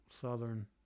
southern